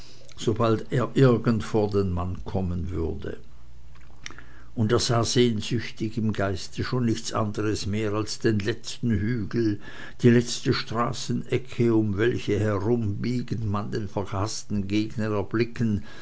sobald er irgend vor den mann kommen würde und er sah sehnsüchtig im geiste schon nichts anderes mehr als den letzten hügel die letzte straßenecke um welche herumbiegend man den verhaßten gegner erblicken